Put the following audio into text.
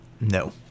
No